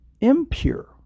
impure